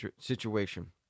situation